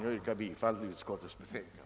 Jag yrkar bifall till utskottets hemställan.